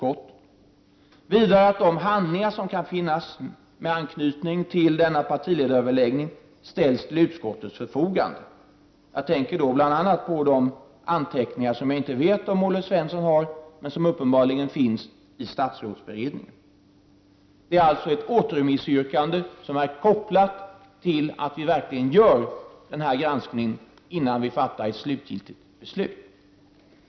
Vidare föreslår jag att de handlingar som kan finnas med anknytning till denna partiledaröverläggning, ställs till utskottets förfogande. Jag tänker då bl.a. på de anteckningar som jag inte vet om Olle Svensson har men som uppenbarligen finns i statsrådsberedningen. Det är alltså ett återremissyrkande som är kopplat till att vi verkligen gör denna granskning innan vi fattar ett slutgiltigt beslut.